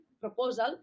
proposal